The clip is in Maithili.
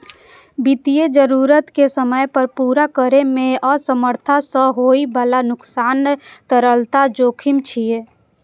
वित्तीय जरूरत कें समय पर पूरा करै मे असमर्थता सं होइ बला नुकसान तरलता जोखिम छियै